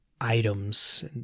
items